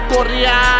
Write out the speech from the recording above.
Korea